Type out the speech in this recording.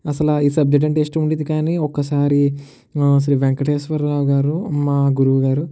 అస్సలు ఈ సబ్జెక్ట్ అంటే ఇష్టం ఉండడు కానీ ఒక్కసారి శ్రీ వెంకటేశ్వరరావు గారు మా గురువు గారు